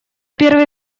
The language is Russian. первый